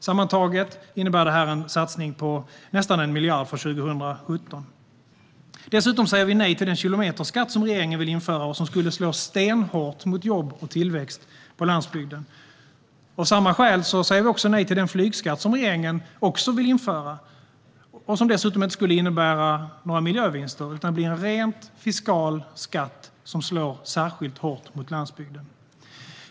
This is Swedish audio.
Sammantaget innebär det här en satsning på nästan 1 miljard för 2017. Dessutom säger vi nej till den kilometerskatt som regeringen vill införa och som skulle slå stenhårt mot jobb och tillväxt på landsbygden. Av samma skäl säger vi också nej till den flygskatt som regeringen vill införa och som dessutom inte skulle innebära några miljövinster utan bli en rent fiskal skatt som skulle slå särskilt hårt mot landsbygden.